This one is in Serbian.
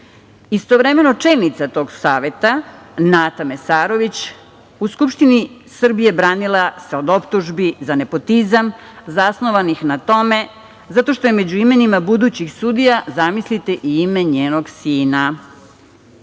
Istovremeno, čelnica tog saveta, Nata Mesarović u Narodnoj skupštini Srbije branila se od optužbi za nepotizam, zasnovanih na tome zato što je među imenima budućih sudija, zamislite, i ime njenog